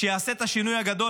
שיעשה את השינוי הגדול.